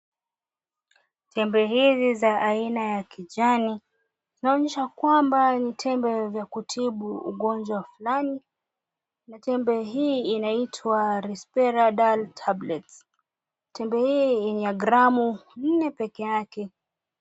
Tembe hizi za aina ya kijani zinaonyesha kwamba ni tembe vya kutibu ugonjwa fulani na tembe hii inaitwa, Resperdal Tablets. Tembe hii ni ya gramu nne pekee yake.